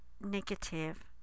negative